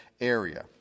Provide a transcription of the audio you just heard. area